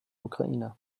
ukraine